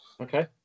Okay